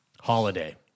holiday